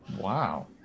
Wow